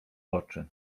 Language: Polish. oczy